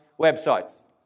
websites